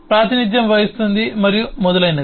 ప్రాతినిధ్యం వహిస్తుంది మరియు మొదలైనవి